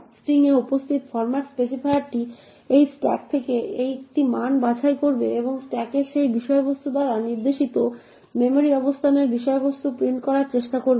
string এ উপস্থিত format স্পেসিফায়ারটি এই স্ট্যাক থেকে একটি মান বাছাই করবে এবং স্ট্যাকের সেই বিষয়বস্তু দ্বারা নির্দেশিত মেমরি অবস্থানের বিষয়বস্তু প্রিন্ট করার চেষ্টা করবে